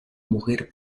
mujer